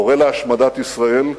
קורא להשמדת ישראל,